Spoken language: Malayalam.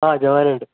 ആ ജവാനുണ്ട്